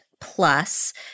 plus